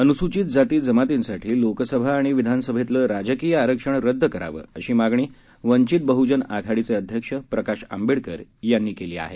अन्सूचित जाती जमातींसाठी लोकसभा आणि विधानसभेतलं राजकीय आरक्षण रद्द् करावं अशी मागणी वंचित बह्जन आघाडीचे अध्यक्ष प्रकाश आंबेडकर यांनी केली आहे